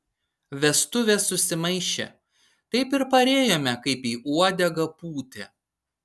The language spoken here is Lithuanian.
vestuvės susimaišė taip ir parėjome kaip į uodegą pūtę